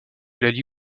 laly